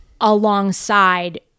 alongside